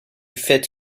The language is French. fait